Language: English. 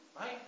Right